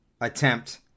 attempt